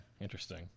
Interesting